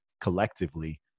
collectively